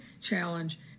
challenge